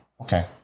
Okay